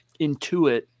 intuit